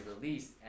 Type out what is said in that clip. released